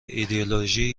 ایدئولوژی